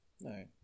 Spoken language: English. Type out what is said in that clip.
No